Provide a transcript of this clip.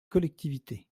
collectivités